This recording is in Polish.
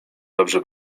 dobrze